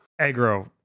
Aggro